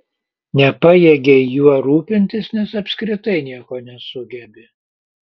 nepajėgei juo rūpintis nes apskritai nieko nesugebi